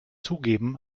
zugeben